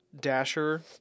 Dasher